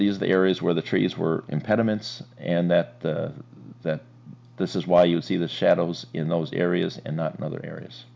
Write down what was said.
the is the areas where the trees were impediments and that that this is why you see the shadows in those areas and not in other areas